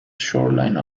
shoreline